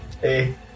Hey